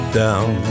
down